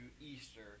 Easter